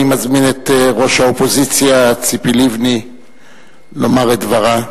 אני מזמין את ראש האופוזיציה ציפי לבני לומר את דברה.